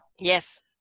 Yes